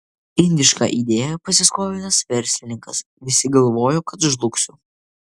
indišką idėją pasiskolinęs verslininkas visi galvojo kad žlugsiu